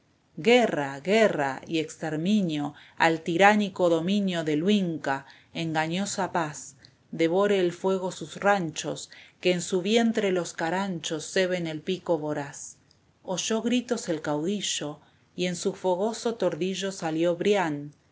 guerra guerra y exterminio al tiránico dominio del huinca engañosa paz devore el fuego sus ranchos que en su vientre los caranchos ceben el pico voraz oyó gritos el caudillo y en su fogoso tordillo salió brian